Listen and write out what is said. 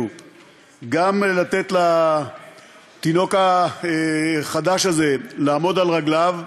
לתת לתינוק החדש הזה לעמוד על רגליו,